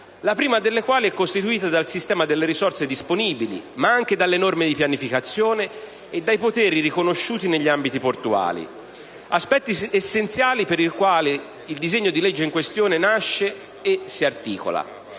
la prima delle quali è costituita dal sistema delle risorse disponibili, ma anche dalle norme di pianificazione e dai poteri riconosciuti negli ambiti portuali. Si tratta di aspetti essenziali, per i quali il disegno di legge in questione nasce e si articola,